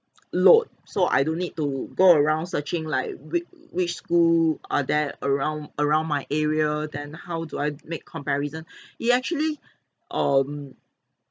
load so I don't need to go around searching like which which school are there around around my area then how do I make comparison you actually um